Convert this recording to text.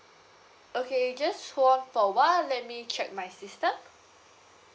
okay just hold on for a while let me check my system